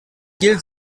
gilt